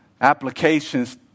applications